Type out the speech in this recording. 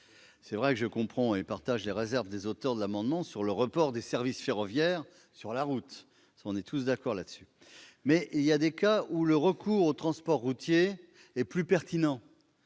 Certes, je comprends et partage les réserves des auteurs de l'amendement sur le report des services ferroviaires sur la route, mais il y a des cas où le recours au transport routier est plus pertinent,